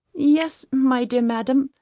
yes, my dear madam,